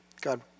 God